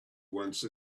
once